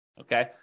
okay